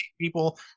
people